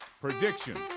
predictions